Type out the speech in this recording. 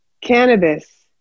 cannabis